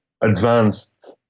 advanced